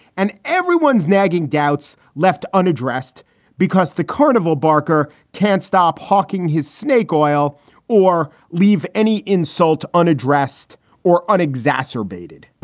and everyone's nagging doubts left unaddressed because the carnival barker can't stop hawking his snake oil or leave any insult unaddressed or unexamined or baited.